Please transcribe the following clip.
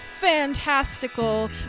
fantastical